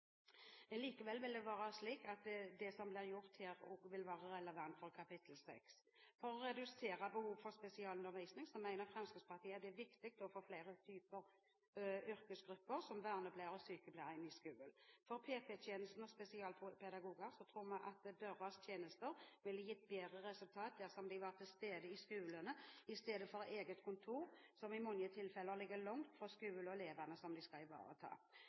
Likevel vil det være slik at det som blir gjort her, også vil være relevant for kapittel 6. For å redusere behovet for spesialundervisning mener Fremskrittspartiet det er viktig å få flere typer yrkesgrupper, som vernepleiere og sykepleiere, inn i skolen. For PP-tjenesten og spesialpedagoger tror vi at deres tjenester ville gitt bedre resultat dersom de var til stede i skolene i stedet for å ha eget kontor, som i mange tilfeller ligger langt fra skolen og elevene som de skal ivareta.